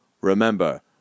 Remember